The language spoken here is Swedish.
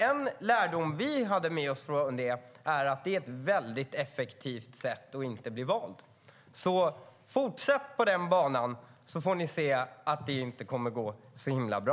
En lärdom som vi hade med oss från det var att det är ett mycket effektivt sätt att inte bli vald. Fortsätt på den banan, så får ni se att det inte kommer att gå så himla bra!